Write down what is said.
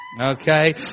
Okay